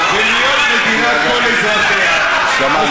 חבר הכנסת אבו